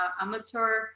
amateur